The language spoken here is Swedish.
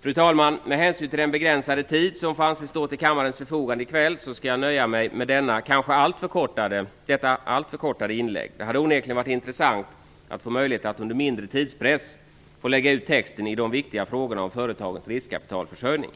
Fru talman! Med hänsyn till den begränsade tid som får anses stå till kammarens förfogande i kväll nöjer jag mig med detta kanske alltför förkortade inlägg. Det hade onekligen varit intressant att få möjlighet att under mindre tidspress få lägga ut texten i de viktiga frågorna om företagens riskkapitalförsörjning.